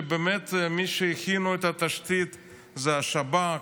ובאמת מי שהכינו את התשתית זה השב"כ,